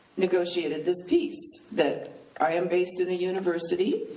negotiated this peace, that i am based in a university,